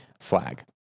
flag